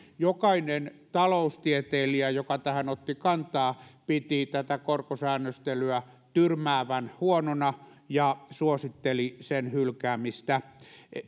jokainen taloustieteilijä joka tähän otti kantaa piti tätä korkosäännöstelyä tyrmäävän huonona ja suositteli sen hylkäämistä